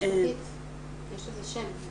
יש לזה שם.